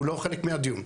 הוא לא חלק מהדיון.